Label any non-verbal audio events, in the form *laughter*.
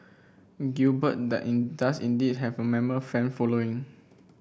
Gilbert *unintelligible* does indeed have a mammoth fan following